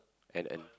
and and